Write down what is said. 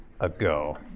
ago